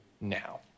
now